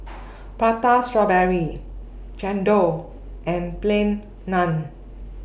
Prata Strawberry Chendol and Plain Naan